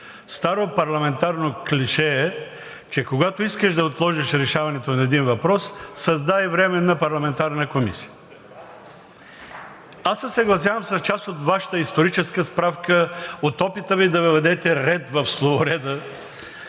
старо парламентарно клише е, че когато искаш да отложиш решаването на един въпрос, създай временна парламентарна комисия. Аз се съгласявам с част от Вашата историческа справка, от опита Ви да въведете ред в словореда